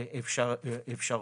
אפשרויות.